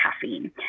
caffeine